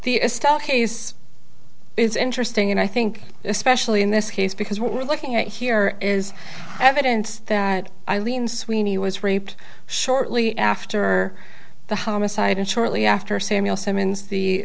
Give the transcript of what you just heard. i still case is interesting and i think especially in this case because what we're looking at here is evidence that eileen sweeney was raped shortly after the homicide and shortly after samuel symons the